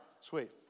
Sweet